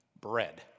bread